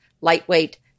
lightweight